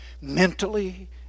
mentally